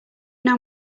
know